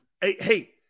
Hey